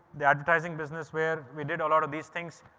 the advertising business where we did a lot of these things,